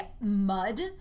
mud